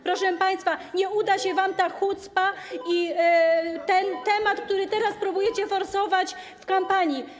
Proszę państwa, nie uda się wam ta hucpa i ten temat, który teraz próbujecie forsować w kampanii.